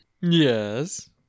Yes